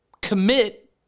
commit